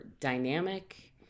dynamic